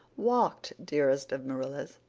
walked, dearest of marillas.